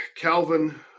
calvin